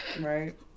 right